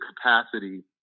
capacity